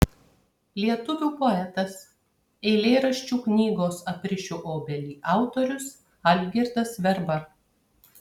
lietuvių poetas eilėraščių knygos aprišiu obelį autorius algirdas verba